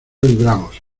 libramos